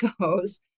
goes